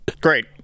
Great